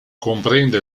comprende